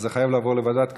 אז זה חייב לבוא לוועדת כנסת,